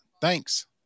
Thanks